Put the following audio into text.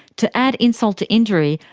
to add insult to injury,